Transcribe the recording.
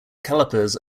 calipers